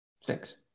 Six